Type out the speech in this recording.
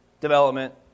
Development